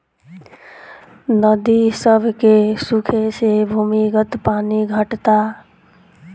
नदी सभ के सुखे से भूमिगत पानी घटता